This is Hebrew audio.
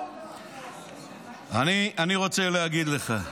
אני רוצה להגיד לך,